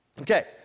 Okay